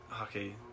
okay